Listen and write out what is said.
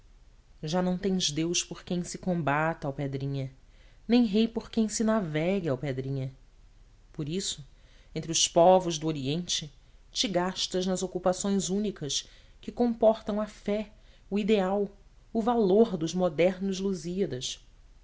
já não tens deus por quem se combata alpedrinha nem rei por quem se navegue alpedrinha por isso entre os povos do oriente te gastas nas ocupações únicas que comportam a fé o ideal o valor dos modernos